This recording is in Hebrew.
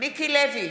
מיקי לוי,